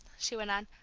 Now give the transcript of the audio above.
she went on.